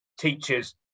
teachers